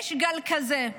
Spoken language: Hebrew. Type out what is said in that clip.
יש גל כזה,